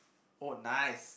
oh nice